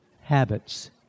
habits